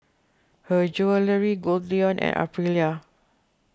Her Jewellery Goldlion and Aprilia